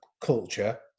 culture